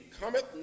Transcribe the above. cometh